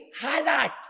highlight